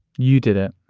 you did it.